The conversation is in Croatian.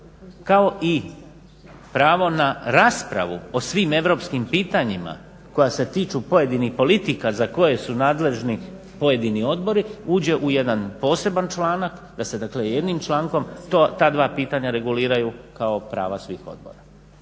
kao i pravo na raspravu o svim europskim pitanjima koja se tiču pojedinih politika za koje su nadležni pojedini odbori uđe u jedan poseban članak, da se dakle jednim člankom ta dva pitanja reguliraju kao prava svih odbora.